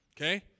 Okay